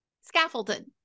scaffolded